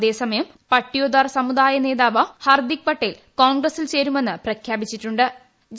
അതേസമയം പട്ട്യേദാർ സമുദായ നേതാവ് ഹാർദിക് പട്ടേൽ കോൺഗ്രസിൽ ചേരുമെന്ന് പ്രഖ്യാപിച്ചിട്ടു ്